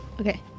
Okay